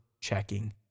checking